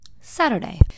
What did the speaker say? Saturday